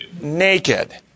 naked